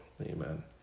Amen